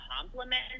compliment